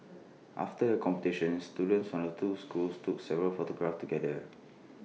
after the competition students from the two schools took several photographs together